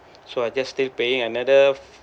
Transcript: so I just still paying another